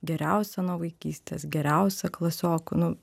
geriausia nuo vaikystės geriausia klasiokų nu